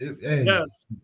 Yes